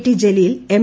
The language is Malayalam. T Jaleel M